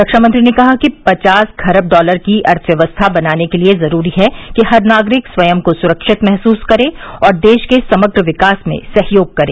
रक्षा मंत्री ने कहा कि पचास खख डालर की अर्थव्यवस्था बनाने के लिए जरूरी है कि हर नागरिक स्वयं को सुरक्षित महसूस करे और देश के समग्र विकास में सहयोग करे